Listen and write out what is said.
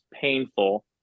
painful